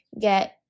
get